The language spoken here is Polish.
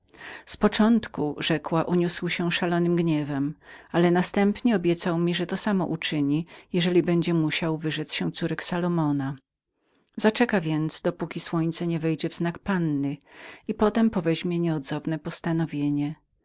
z początku rzekła uniósł się szalonym gniewem ale następnie obiecał mi że to samo uczyni jeżeli będzie musiał wyrzec się córek salomona zaczeka więc dopóki słońce nie wejdzie w znak panny i potem przedsięweźmie nieodzowny